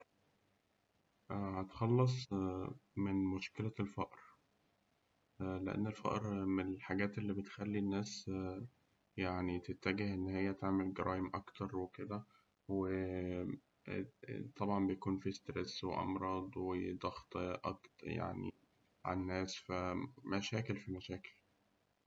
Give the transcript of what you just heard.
هأتخلص من مشكلة الفقر، لأن الفقر من الحاجات اللي بتخلي الناس تتجه إنها تعمل جرايم أكتر وكده وطبعاً بيكون في سترس وأمراض وضغط أكتر يعني على الناس، فمشاكل في مشاكل.